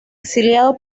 exiliado